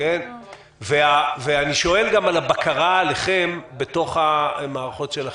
אני שואל על הבקרה עליכם בתוך המערכות שלכם.